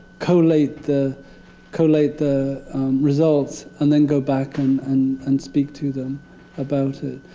collate the collate the results, and then go back and and and speak to them about it.